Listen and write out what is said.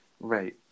right